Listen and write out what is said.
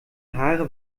haare